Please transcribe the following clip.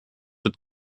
wird